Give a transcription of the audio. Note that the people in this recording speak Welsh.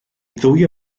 ddwy